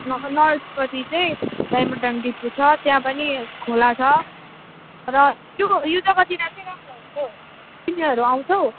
नर्थपट्टि चाहिँ डिपु छ त्यहाँ पनि खोला छ र त्यो यो जग्गातिर तिमीहरू आउँछौँ